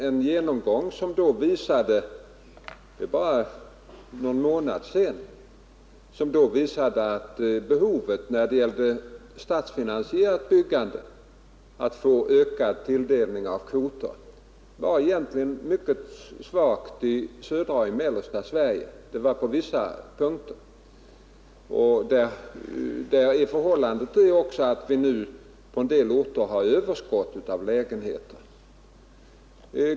En genomgång som vi hade för bara några veckor sedan visade att behovet av ökad tilldelning av kvoter vid statsfinansierat byggande egentligen var mycket svagt i södra och mellersta Sverige — utom kanske på enstaka håll. På en del orter har man också överskott på lägenheter.